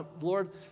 Lord